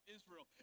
Israel